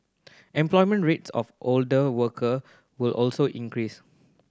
employment rates of older worker will also increase